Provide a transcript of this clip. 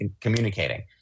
communicating